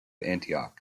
antioch